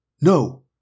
No